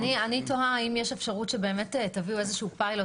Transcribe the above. אני תוהה האם יש אפשרות שבאמת תביאו איזשהו פיילוט,